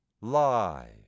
lie